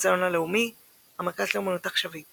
המוזיאון הלאומי המרכז לאמנות עכשווית